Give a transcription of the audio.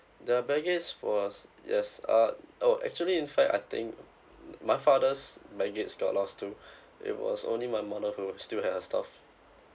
the baggage was yes uh oh actually in fact I think my father's baggage got lost too it was only my mother who still has her stuffs